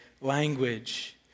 language